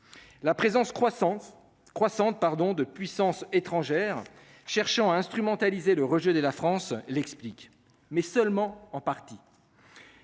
croissante croissante pardon de puissances étrangères, cherchant à instrumentaliser le rejet de la France, l'explique, mais seulement en partie.